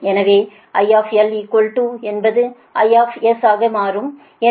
எனவே I என்பது IS ஆக மாறும்